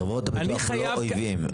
חברות הביטוח לא אויבים.